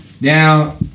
Now